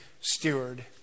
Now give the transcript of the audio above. steward